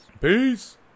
Peace